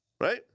right